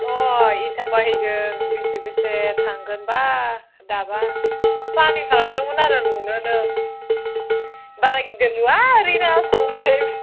अ इथा बायहैगोन बेसे बेसे थांगोन बा दाबा प्लेनिं खालामदोंमोन आरो लुनोनो बारा गिदिर लुआ ओरैनो आसाम टाइप